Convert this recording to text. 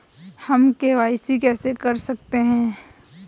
हम के.वाई.सी कैसे कर सकते हैं?